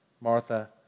Martha